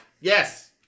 Yes